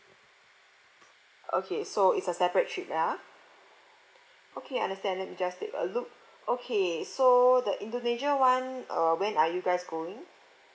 okay so it's a separate trip ya okay understand let me just take a look okay so the indonesia one uh when are you guys going